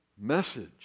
message